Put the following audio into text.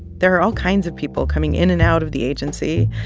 there are all kinds of people coming in and out of the agency.